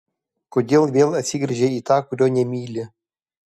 kodėl vėl atsigręžei į tą kurio nemyli